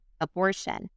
abortion